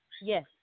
Yes